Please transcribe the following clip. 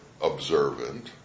observant